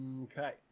Okay